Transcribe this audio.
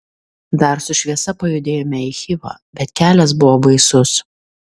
dar su šviesa pajudėjome į chivą bet kelias buvo baisus